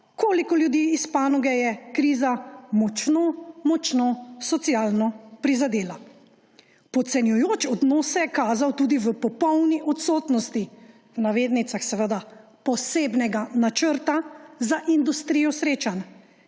koliko ljudi iz panoge je kriza močno močno socialno prizadela. Podcenjujoč odnos se je kazal tudi v popolni odsotnosti, v navednicah seveda, posebnega načrta za industrijo srečanj,